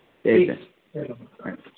சரி சார் ஆ